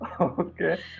Okay